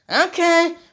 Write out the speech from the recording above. Okay